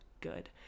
good